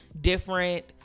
different